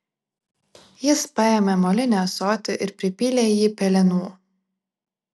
jis paėmė molinį ąsotį ir pripylė į jį pelenų